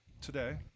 today